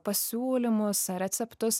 pasiūlymus ar receptus